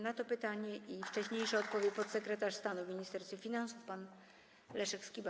Na to pytanie i wcześniejsze pytania odpowie podsekretarz stanu w Ministerstwie Finansów pan Leszek Skiba.